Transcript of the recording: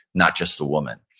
not just the woman.